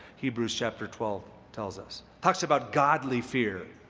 hebrews, chapter twelve tells us, talks about godly fear.